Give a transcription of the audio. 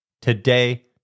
today